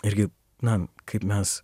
irgi na kaip mes